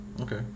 Okay